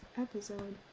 episode